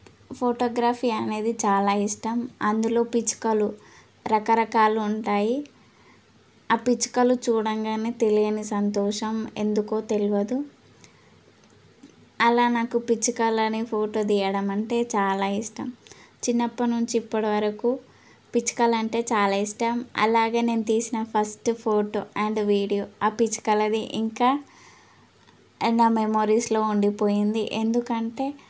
photography అనేది చాలా ఇష్టం అందులో పిచ్చుకలు రకరకాలు ఉంటాయి ఆ పిచ్చుకలు చూడగానే తెలియని సంతోషం ఎందుకో తెలియదు అలా నాకు పిచ్చుకలని ఫోటో తీయడం అంటే చాలా ఇష్టం చిన్నప్పటి నుంచి ఇప్పటి వరకు పిచ్చుకలు అంటే చాలా ఇష్టం అలాగే నేను తీసిన ఫస్ట్ ఫోటో అండ్ వీడియో ఆ పిచ్చుకలది ఇంకా అండ్ ఆ మెమోరీస్లో ఉండిపోయింది ఎందుకంటే